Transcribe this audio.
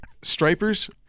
stripers